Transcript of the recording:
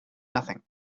nothing